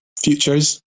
futures